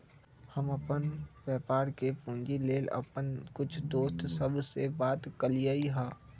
हम अप्पन व्यापार के पूंजी लेल अप्पन कुछ दोस सभ से बात कलियइ ह